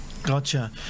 Gotcha